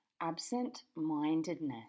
Absent-mindedness